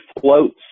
floats